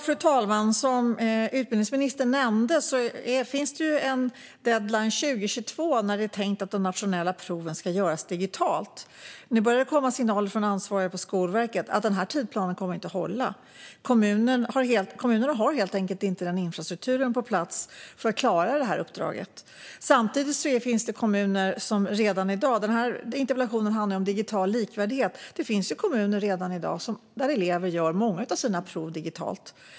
Fru talman! Som utbildningsministern nämnde finns det en deadline 2022 för när det är tänkt att de nationella proven ska göras digitalt. Nu börjar det komma signaler från ansvariga på Skolverket om att den tidsplanen inte kommer att hålla. Kommunerna har helt enkelt inte infrastrukturen på plats för att klara uppdraget. Denna interpellation handlar om digital likvärdighet. Det finns redan i dag kommuner där elever gör många av sina prov digitalt.